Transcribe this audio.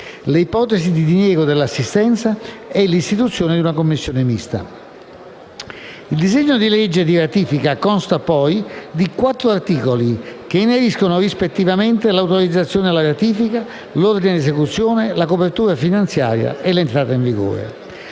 le ipotesi di diniego dell'assistenza e l'istituzione di una commissione mista. Il disegno di legge di ratifica consta di quattro articoli che ineriscono, rispettivamente, all'autorizzazione alla ratifica, all'ordine di esecuzione, alla copertura finanziaria e all'entrata in vigore.